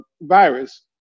virus